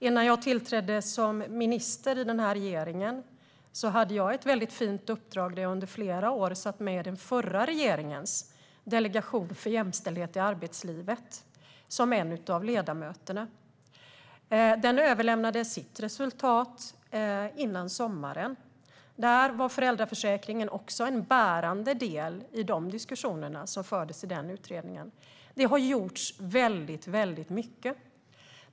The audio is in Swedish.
Innan jag tillträdde som minister i den här regeringen hade jag ett mycket fint uppdrag där jag under flera år satt som en av ledamöterna i den förra regeringens delegation för jämställdhet i arbetslivet. Den överlämnade sitt resultat före sommaren, och föräldraförsäkringen var en bärande del i de diskussioner som fördes i utredningen. Det har gjorts väldigt mycket.